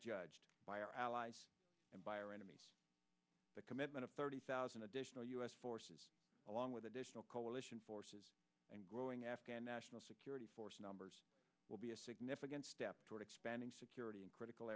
judged by our allies and by our enemies the commitment of thirty thousand additional u s forces along with additional coalition forces and growing afghan national security force numbers will be a significant step toward expanding security in critical